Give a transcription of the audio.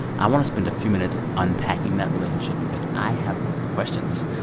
i want to spend a few minutes unpacking that relationship because i have questions